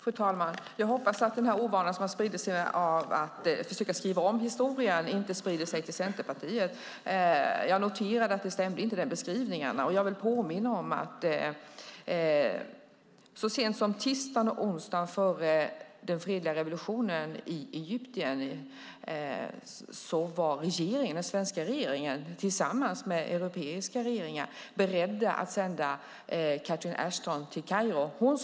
Fru talman! Jag hoppas att den ovana som har spridit sig att försöka skriva om historien inte sprider sig till Centerpartiet. Jag noterade att beskrivningarna inte stämde. Jag vill påminna om att så sent som tisdagen och onsdagen före den fredliga revolutionen i Egypten var den svenska regeringen tillsammans med europeiska regeringar beredda att sända Catherine Ashton till Kairo.